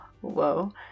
Whoa